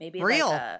real